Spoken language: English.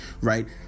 Right